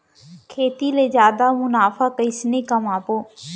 खेती ले जादा मुनाफा कइसने कमाबो?